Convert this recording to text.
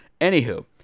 Anywho